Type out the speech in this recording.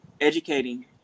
educating